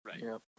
Right